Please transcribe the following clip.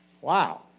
wow